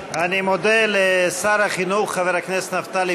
אני מודה לשר החינוך חבר הכנסת נפתלי